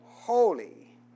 holy